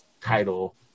title